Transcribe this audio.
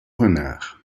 renard